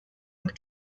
und